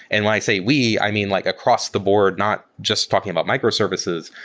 and when i say we, i mean like across the board, not just talking about microservices,